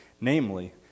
namely